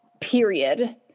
period